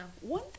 one